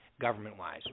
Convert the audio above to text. government-wise